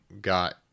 got